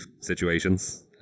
situations